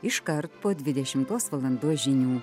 iškart po dvidešimtos valandos žinių